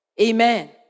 amen